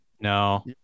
No